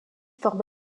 forme